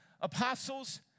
apostles